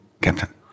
captain